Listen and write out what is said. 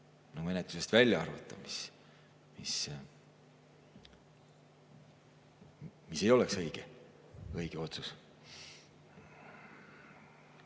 menetlusest välja arvata, mis ei oleks aga õige otsus.